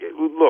look